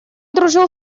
дружил